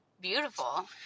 beautiful